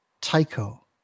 Tycho